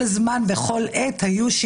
וזה לעסוק בכל מה שנמצא מסביב.